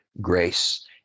grace